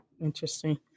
Interesting